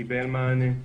קיבל מענה.